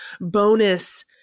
bonus